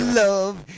love